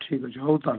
ଠିକ୍ଅଛି ହଉ ତାହେଲେ